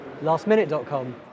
lastminute.com